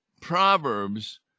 Proverbs